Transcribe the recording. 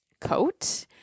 coat